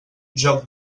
joc